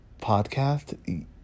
podcast